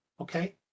Okay